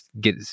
get